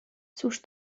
cóż